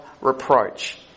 reproach